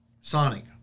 Sonic